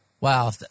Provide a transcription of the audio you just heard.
Wow